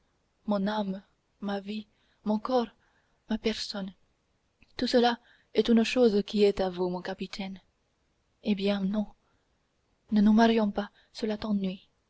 mon âme ma vie mon corps ma personne tout cela est une chose qui est à vous mon capitaine eh bien non ne nous marions pas cela t'ennuie